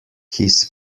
his